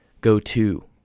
go-to